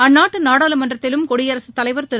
அந்நாட்டு நாடாளுமன்றத்திலும் குடியரசுத் தலைவர் திரு